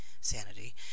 sanity